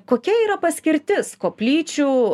kokia yra paskirtis koplyčių